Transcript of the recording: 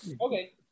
Okay